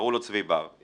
קראו לו צבי בר.